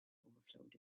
overflowed